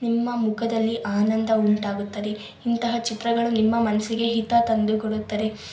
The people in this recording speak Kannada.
ನಿಮ್ಮ ಮುಖದಲ್ಲಿ ಆನಂದ ಉಂಟಾಗುತ್ತದೆ ಇಂತಹ ಚಿತ್ರಗಳು ನಿಮ್ಮ ಮನಸ್ಸಿಗೆ ಹಿತ ತಂದು ಕೊಡುತ್ತದೆ